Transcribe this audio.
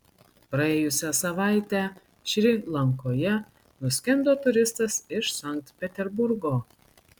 praėjusią savaitę šri lankoje nuskendo turistas iš sankt peterburgo